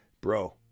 bro